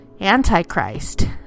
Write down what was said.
Antichrist